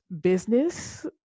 business